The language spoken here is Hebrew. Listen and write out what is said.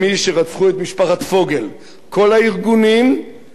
כל הארגונים נהנים מכספים של קרן,